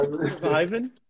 Surviving